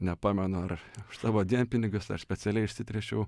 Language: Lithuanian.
nepamenu ar savo dienpinigius ar specialiai išsitręšiau